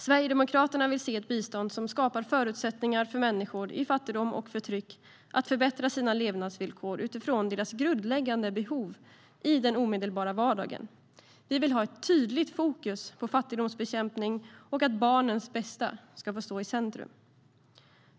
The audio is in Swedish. Sverigedemokraterna vill se ett bistånd som skapar förutsättningar för människor i fattigdom och förtryck att förbättra sina levnadsvillkor utifrån deras grundläggande behov i den omedelbara vardagen. Vi vill ha ett tydligt fokus på fattigdomsbekämpning och att barnens bästa ska få stå i centrum.